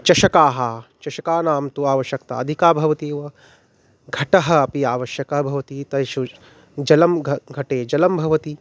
चषकाः चषकानां तु आवश्यकता अधिका भवति वा घटः अपि आवश्यकः भवति तेषु जलं घटे घटे जलं भवति